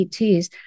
ETs